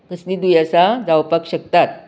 कसलीं दुयेसां जावपाक शकतात